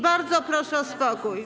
Bardzo proszę o spokój.